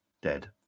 dead